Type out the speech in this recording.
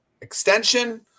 extension